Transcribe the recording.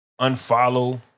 unfollow